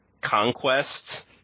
conquest